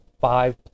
five